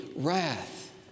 wrath